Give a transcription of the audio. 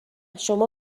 شما